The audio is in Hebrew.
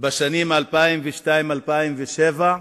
בשנים 2002 2007,